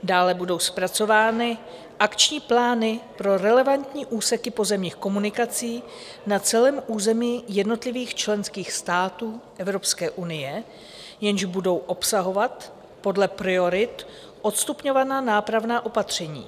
Dále budou zpracovány akční plány pro relevantní úseky pozemních komunikací na celém území jednotlivých členských států Evropské unie, jež budou obsahovat podle priorit odstupňovaná nápravná opatření.